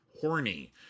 horny